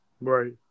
right